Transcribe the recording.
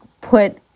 put